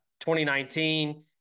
2019